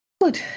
Good